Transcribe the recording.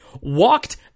walked